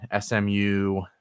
SMU